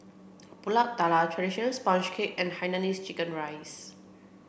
Pulut Tatal traditional sponge cake and Hainanese chicken rice